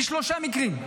בשלושה מקרים.